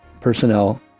personnel